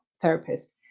therapist